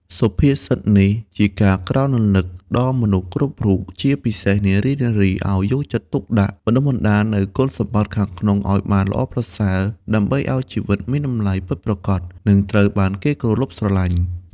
សុភាសិតនេះជាការក្រើនរំលឹកដល់មនុស្សគ្រប់រូប ជាពិសេសនារីៗ ឱ្យយកចិត្តទុកដាក់បណ្តុះបណ្តាលនូវគុណសម្បត្តិខាងក្នុងឱ្យបានល្អប្រសើរ ដើម្បីឱ្យជីវិតមានតម្លៃពិតប្រាកដ និងត្រូវបានគេគោរពស្រលាញ់។